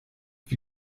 wie